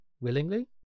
willingly